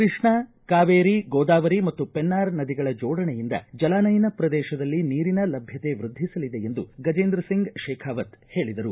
ಕೃಷ್ಣಾ ಕಾವೇರಿ ಗೋದಾವರಿ ಮತ್ತು ಪೆನ್ನಾರ್ ನದಿಗಳ ಜೋಡಣೆಯಿಂದ ಜಲಾನಯನ ಪ್ರದೇಶದಲ್ಲಿ ನೀರಿನ ಲಭ್ಯತೆ ವ್ಯದ್ಧಿಸಲಿದೆ ಎಂದು ಗಜೇಂದ್ರ ಸಿಂಗ್ ತೇಖಾವತ್ ಹೇಳಿದರು